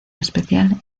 especial